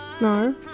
No